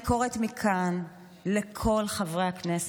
אני קוראת מכאן לכל חברי הכנסת,